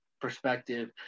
perspective